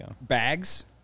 bags